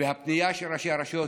והפנייה של ראשי הרשויות,